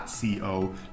co